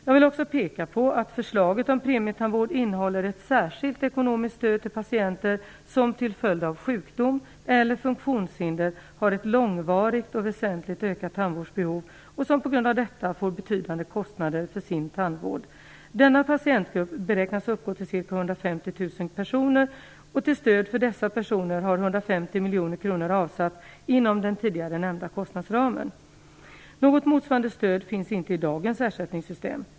Jag vill också peka på att förslaget om premietandvård innehåller ett särskilt ekonomiskt stöd till patienter som till följd av sjukdom eller funktionshinder har ett långvarigt och väsentligt ökat tandvårdsbehov och som på grund av detta får betydande kostnader för sin tandvård. Denna patientgrupp beräknas uppgå till ca 150 000 personer. Till stöd för dessa personer har 150 miljoner kronor avsatts inom den tidigare nämnda kostnadsramen. Något motsvarande stöd finns inte i dagens ersättningssystem.